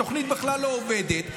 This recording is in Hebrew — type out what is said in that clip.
התוכנית בכלל לא עובדת.